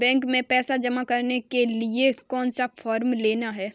Bank में पैसा जमा करने के लिए कौन सा फॉर्म लेना है?